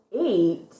eight